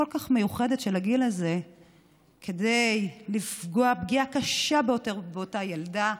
הכל-כך מיוחדת של הגיל הזה כדי לפגוע פגיעה קשה באותה ילדה,